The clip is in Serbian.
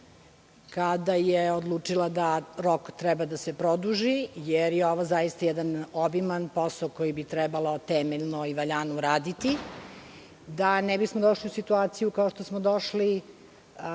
kada je odlučila da rok treba da se produži, jer je ovo zaista jedan obiman posao koji bi trebalo temeljno i valjano uraditi, da ne bismo došli u situaciju, kao što smo došli